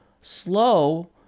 slow